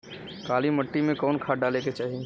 काली मिट्टी में कवन खाद डाले के चाही?